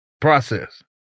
process